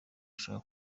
ushaka